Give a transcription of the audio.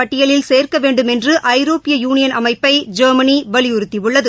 பட்டியலில் சேர்க்கவேண்டும் என்றுஜரோப்பிய யூனியன் அமைப்பைஜெர்மனிவலிபுறுத்தியுள்ளது